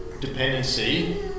dependency